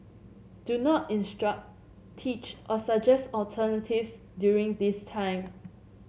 do not instruct teach or suggest alternatives during this time